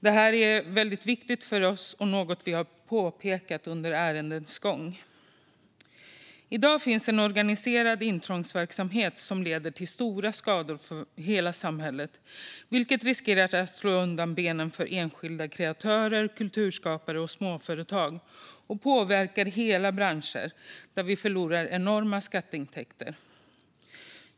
Detta är väldigt viktigt för oss och något vi har påpekat under ärendets gång. I dag finns en organiserad intrångsverksamhet som leder till stora skador för hela samhället, vilket riskerar att slå undan benen för enskilda kreatörer, kulturskapare och småföretag. Den påverkar hela branscher, där vi förlorar enorma skatteintäkter.